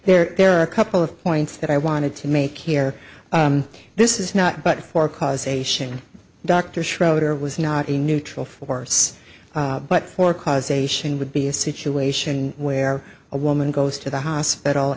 there there are a couple of points that i wanted to make here this is not but for causation dr schroeder was not a neutral force but for causation would be a situation where a woman goes to the